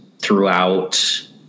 Throughout